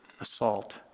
assault